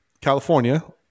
California